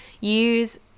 use